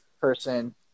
person